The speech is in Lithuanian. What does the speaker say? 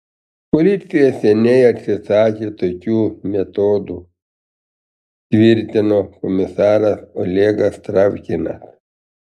policija seniai atsisakė tokių metodų tvirtino komisaras olegas travkinas